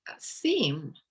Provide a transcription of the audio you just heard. theme